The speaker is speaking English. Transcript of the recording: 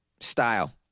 style